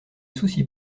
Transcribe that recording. soucie